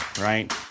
right